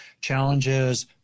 challenges